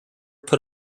put